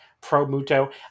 pro-Muto